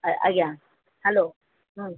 ଆ ଆଜ୍ଞା ହେଲୋ ହୁଁ